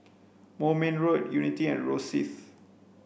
Moulmein Road Unity and Rosyth